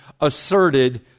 asserted